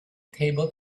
table